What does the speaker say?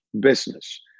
business